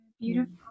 beautiful